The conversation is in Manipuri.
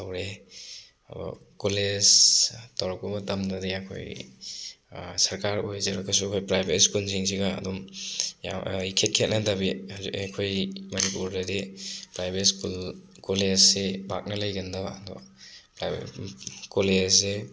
ꯇꯧꯔꯛꯑꯦ ꯑꯗꯨꯒ ꯀꯣꯂꯦꯖ ꯇꯧꯔꯛꯄ ꯃꯇꯝꯗꯗꯤ ꯑꯩꯈꯣꯏ ꯁꯔꯀꯥꯔ ꯑꯣꯏꯖꯔꯒꯁꯨ ꯍꯣꯏ ꯄ꯭ꯔꯥꯏꯕꯦꯠ ꯁ꯭ꯀꯨꯜꯖꯤꯡꯁꯤꯒ ꯑꯗꯨꯝ ꯌꯥꯝ ꯏꯈꯦꯠ ꯈꯦꯠꯅꯗꯕꯤ ꯍꯧꯖꯤꯛ ꯑꯩꯈꯣꯏ ꯃꯅꯤꯄꯨꯔꯗꯗꯤ ꯄ꯭ꯔꯥꯏꯕꯦꯠ ꯁ꯭ꯀꯨꯜ ꯀꯣꯂꯦꯖꯁꯦ ꯄꯥꯛꯅ ꯂꯩꯒꯟꯗꯕ ꯑꯗꯣ ꯀꯣꯂꯦꯖꯁꯦ